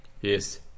Yes